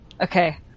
Okay